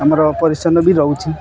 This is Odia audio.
ଆମର ପରିଚ୍ଛନ୍ନ ବି ରହୁଛି